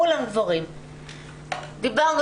דיברנו,